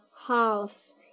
house